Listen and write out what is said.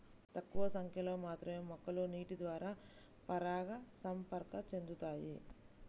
తక్కువ సంఖ్యలో మాత్రమే మొక్కలు నీటిద్వారా పరాగసంపర్కం చెందుతాయి